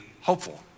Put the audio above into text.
hopeful